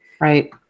right